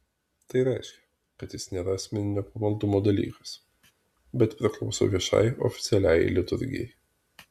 tai reiškia kad jis nėra asmeninio pamaldumo dalykas bet priklauso viešai oficialiajai liturgijai